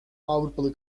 avrupalı